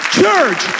church